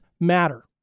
matter